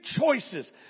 choices